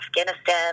Afghanistan